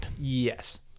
Yes